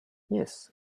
yes